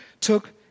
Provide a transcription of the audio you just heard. took